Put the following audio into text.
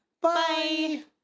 Bye